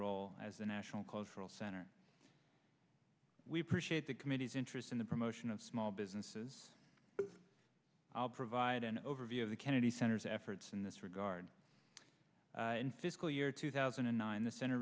role as a national cultural center we appreciate the committee's interest in the promotion of small businesses i'll provide an overview of the kennedy center as efforts in this regard in fiscal year two thousand and nine the cent